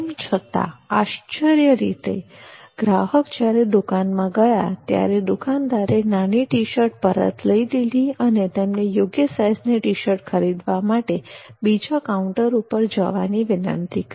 તેમ છતાં આશ્ચર્ય રીતે ગ્રાહક જયારે દુકાનમાં ગયા ત્યારે દુકાનદારે નાની ટી શર્ટ પરત લઈ લીધી અને તેમને યોગ્ય સાઈઝની ટી શર્ટ ખરીદવા માટે બીજા કાઉન્ટર ઉપર જવાની વિનંતી કરી